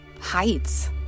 heights